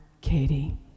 Katie